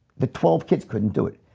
the twelve kids couldn't do it,